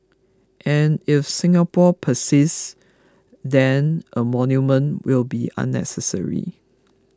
and if Singapore persists then a monument will be unnecessary